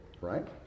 right